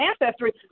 ancestry